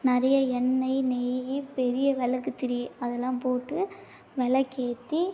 நிறையா எண்ணெய் நெய்யி பெரிய விளக்கு திரி அதெல்லாம் போட்டு விளக்கேத்தி